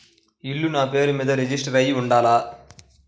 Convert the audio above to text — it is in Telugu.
ఇల్లు నాపేరు మీదే రిజిస్టర్ అయ్యి ఉండాల?